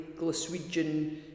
Glaswegian